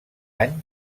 any